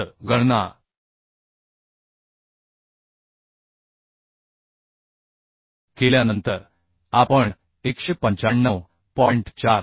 तर गणना केल्यानंतर आपण 195